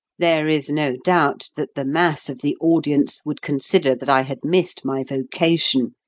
there is no doubt that the mass of the audience would consider that i had missed my vocation,